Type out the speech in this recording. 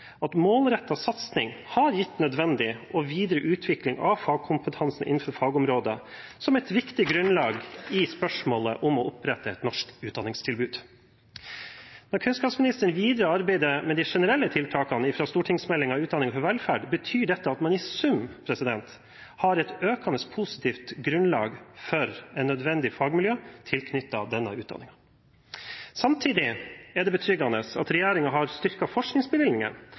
at målrettet satsing har gitt nødvendig og videre utvikling av fagkompetansen innenfor fagområdet, som et viktig grunnlag i spørsmålet om å opprette et norsk utdanningstilbud. Når kunnskapsministeren videre arbeider med de generelle tiltakene fra stortingsmeldingen Utdanning for velferd, betyr dette at man i sum har et økende positivt grunnlag for et nødvendig fagmiljø tilknyttet denne utdanningen. Samtidig er det betryggende at regjeringen har styrket forskningsbevilgningen,